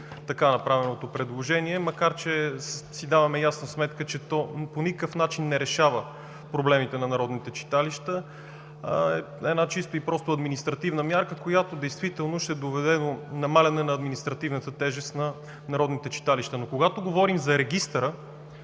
направеното предложение, макар че си даваме ясна сметка, че то по никакъв начин не решава проблемите на народните читалища, а е чисто и просто административна мярка, която действително ще доведе до намаляване на административната тежест на народните читалища. Когато говорим за Регистъра